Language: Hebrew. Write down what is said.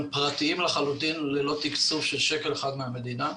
פרטיים לחלוטין ללא תקצוב של שקל אחד מהמדינה,